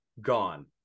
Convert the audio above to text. gone